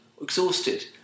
Exhausted